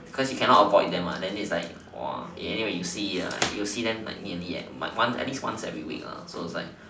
because you cannot avoid them lah and then it's like anyway you see you see them nearly once every week lah so it's like